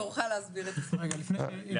תורך להסביר --- ברשותכם,